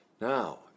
Now